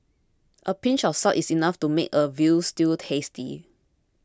a pinch of salt is enough to make a Veal Stew tasty